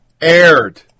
aired